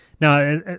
Now